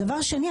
דבר שני,